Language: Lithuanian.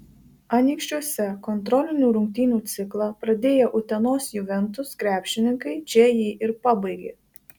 anykščiuose kontrolinių rungtynių ciklą pradėję utenos juventus krepšininkai čia jį ir pabaigė